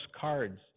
cards